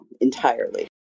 entirely